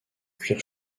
cuir